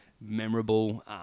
memorable